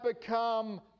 become